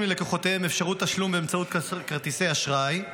ללקוחותיהם אפשרות תשלום באמצעות כרטיסי אשראי,